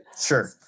Sure